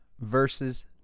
versus